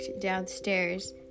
downstairs